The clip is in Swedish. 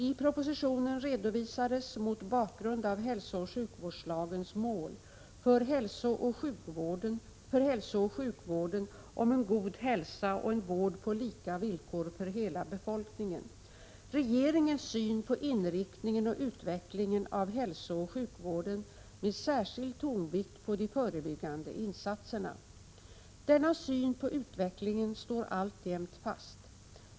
I propositionen redovisades — mot bakgrund av hälsooch sjukvårdslagens mål för hälsooch sjukvården om en god hälsa och en vård på lika villkor för hela befolkningen — regeringens syn på inriktningen och utvecklingen av hälsooch sjukvården med särskild tonvikt på de förebyggande insatserna. Denna syn på utvecklingen står alltjämt fast.